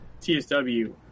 TSW